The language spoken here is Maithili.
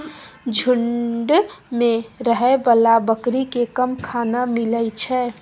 झूंड मे रहै बला बकरी केँ कम खाना मिलइ छै